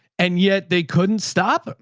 and yet they couldn't stop.